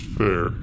fair